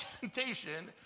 temptation